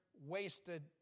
wasted